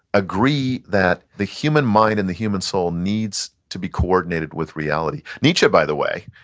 agree that the human mind and the human soul needs to be coordinated with reality. nietzsche, by the way,